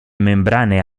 membrane